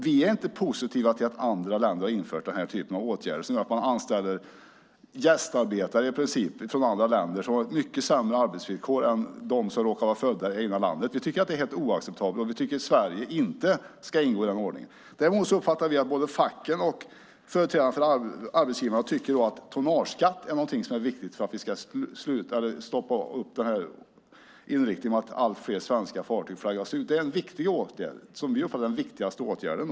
Vi är inte positiva till att andra länder har vidtagit denna typ av åtgärder som gör att man i princip anställer gästarbetare från andra länder som har mycket sämre arbetsvillkor än de arbetare som råkar vara födda i det egna landet. Vi tycker att det är helt oacceptabelt, och vi tycker inte att Sverige ska ingå i den ordningen. Däremot uppfattar vi att både facken och företrädarna för arbetsgivarna tycker att tonnageskatt är någonting som är viktigt för att vi ska stoppa inriktningen mot att allt fler svenska fartyg flaggas ut. Det är en viktig åtgärd. Vi uppfattar den som den viktigaste åtgärden.